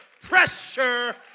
Pressure